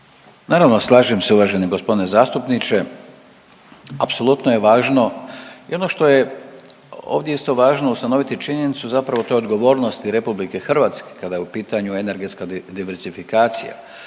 Naravno slažem se uvaženi g. zastupniče, apsolutno je važno. I ono što je ovdje isto važno ustanoviti činjenicu zapravo to je odgovornost RH kada je u pitanju energetska diversifikacija,